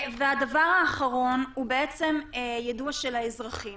והדבר האחרון הוא יידוע של האזרחים.